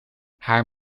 haar